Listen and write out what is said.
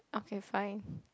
okay fine